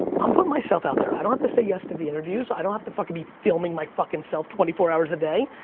i'm putting myself out there, i don't have to say yes to the interviews, i don't have to fuckin' be filming my fuckin' self twenty four hours a day.